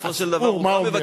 בסופו של דבר, מה הוא אומר?